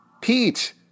Pete